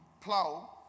plow